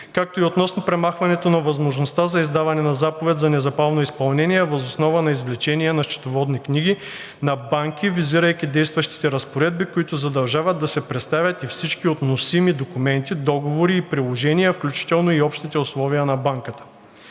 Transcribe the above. както и относно премахването на възможността за издаване на заповед за незабавно изпълнение въз основа на извлечение на счетоводни книги на банки, визирайки действащите разпоредби, които задължават да се представят и всички относими документи, договори и приложения, включително и общите условия на банката.